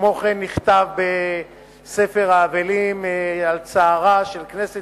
כמו כן נכתב בספר האבלים על צערם של כנסת